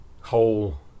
whole